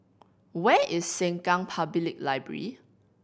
where is Sengkang Public Library